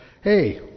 hey